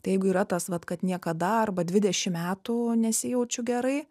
tai jeigu yra tas vat kad niekada arba dvidešim metų nesijaučiu gerai